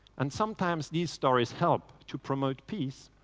and sometimes these stories help to promote peace,